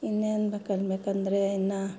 ಇನ್ನೇನುಬೇಕನ್ಬೇಕಂದ್ರೆ ಇನ್ನು